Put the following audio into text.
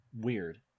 weird